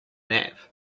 nap